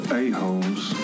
a-holes